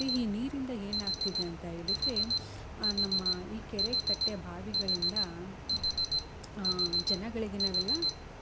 ಮತ್ತು ಈ ನೀರಿಂದ ಏನಾಗ್ತಿದೆ ಅಂತ ಹೇಳಿದರೆ ನಮ್ಮ ಈ ಕೆರೆ ಕಟ್ಟೆ ಬಾವಿಗಳಿಂದ ಜನಗಳಿಗೆ ನಾವೆಲ್ಲ